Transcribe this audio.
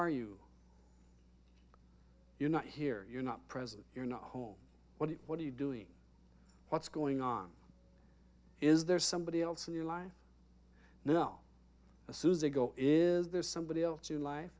are you you're not here you're not present you're not home what what are you doing what's going on is there somebody else in your life you know as soon as they go is there somebody else in life